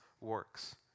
works